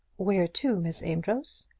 where to, miss amedroz?